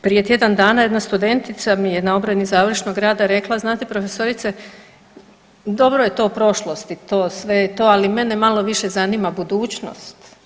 Prije tjedan dana jedna studentica mi je na obrani završnog rada rekla znate profesorice dobro je to u prošlosti to sve i to, ali mene malo više zanima budućnost.